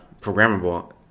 programmable